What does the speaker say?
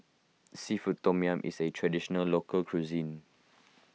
Seafood Tom Yum is a Traditional Local Cuisine